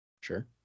Sure